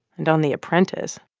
and on the apprentice,